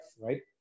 right